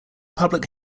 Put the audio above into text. public